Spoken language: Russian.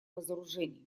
разоружение